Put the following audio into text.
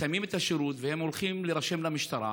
וכשהם מסיימים את השירות והולכים להירשם למשטרה,